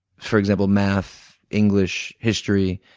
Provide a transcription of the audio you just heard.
for example, math, english, history,